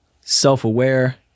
self-aware